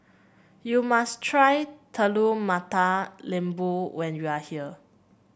you must try Telur Mata Lembu when you are here